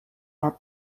are